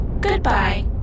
Goodbye